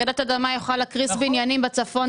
רעידת אדמה יכולה להקריס בניינים בצפון,